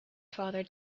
father